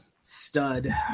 stud